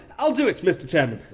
i'll do it, mr chairman.